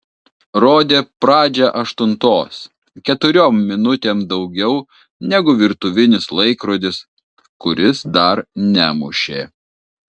rodė pradžią aštuntos keturiom minutėm daugiau negu virtuvinis laikrodis kuris dar nemušė